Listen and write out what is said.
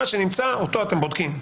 מה שנמצא אותו אתם בודקים.